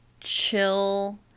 chill